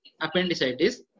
appendicitis